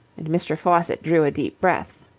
and mr. faucitt drew a deep breath.